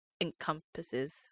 encompasses